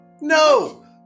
No